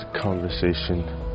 conversation